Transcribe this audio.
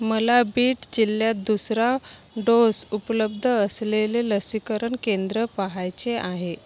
मला बीड जिल्ह्यात दुसरा डोस उपलब्ध असलेले लसीकरण केंद्र पाहायचे आहे